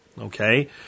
Okay